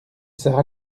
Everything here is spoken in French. serra